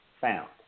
found